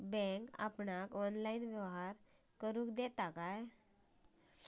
Bank आपल्याला online व्यवहार करायला देता काय?